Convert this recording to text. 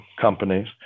companies